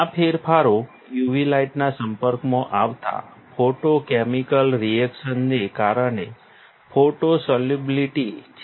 આ ફેરફારો UV લાઇટના સંપર્કમાં આવતા ફોટોકેમિકલ રિએક્શન ને કારણે ફોટો સોલ્યુબિલિટી છે